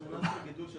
2008-2018, גידול של